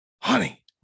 honey